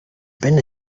been